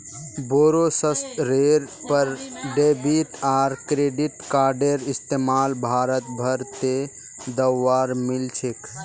बोरो स्तरेर पर डेबिट आर क्रेडिट कार्डेर इस्तमाल भारत भर त दखवा मिल छेक